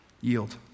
yield